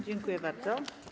Dziękuję bardzo.